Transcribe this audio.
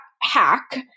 hack